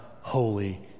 Holy